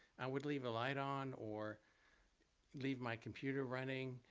i would leave a light on or leave my computer running.